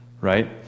right